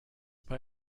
bei